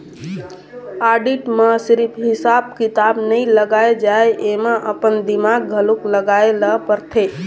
audit म सिरिफ हिसाब किताब नइ लगाए जाए एमा अपन दिमाक घलोक लगाए ल परथे